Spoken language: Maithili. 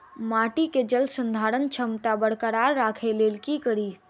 माटि केँ जलसंधारण क्षमता बरकरार राखै लेल की कड़ी?